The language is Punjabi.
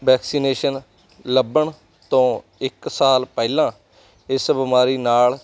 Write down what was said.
ਵੈਕਸੀਨੇਸ਼ਨ ਲੱਭਣ ਤੋਂ ਇੱਕ ਸਾਲ ਪਹਿਲਾਂ ਇਸ ਬਿਮਾਰੀ ਨਾਲ